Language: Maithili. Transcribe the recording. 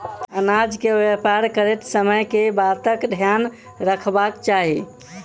अनाज केँ व्यापार करैत समय केँ बातक ध्यान रखबाक चाहि?